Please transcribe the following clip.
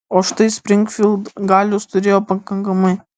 o štai springfild galios turėjo pakankamai